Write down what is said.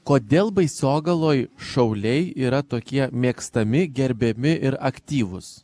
kodėl baisogaloj šauliai yra tokie mėgstami gerbiami ir aktyvūs